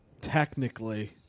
Technically